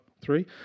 Three